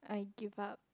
I give up